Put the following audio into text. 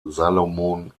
salomon